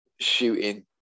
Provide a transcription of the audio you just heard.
shooting